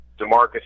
DeMarcus